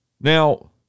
Now